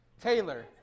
Taylor